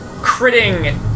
Critting